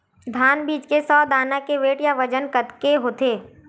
धान बीज के सौ दाना के वेट या बजन कतके होथे?